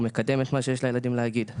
הוא מקדם את מה שיש לילדים להגיד.